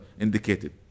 indicated